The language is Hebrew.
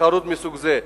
תחרות מסוג זה.